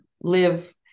live